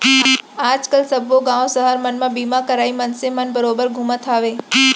आज काल सब्बो गॉंव सहर मन म बीमा करइया मनसे मन बरोबर घूमते हवयँ